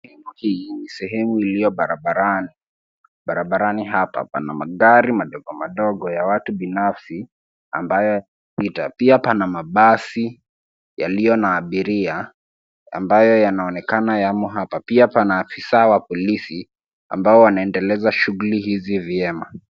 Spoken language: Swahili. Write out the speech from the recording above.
Sehemu hii ni sehemu iliyo barabarani. Barabarani hapa pana magari madogo, madogo ya watu binafsi ambayo yanapita. Pia pana mabasi yaliyo na abiria ambayo yanaonekana yamo hapa. Pia pana afisa wa polisi ambao wanaendeleza shughuli hizi vyema.